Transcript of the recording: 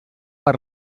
per